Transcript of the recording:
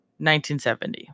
1970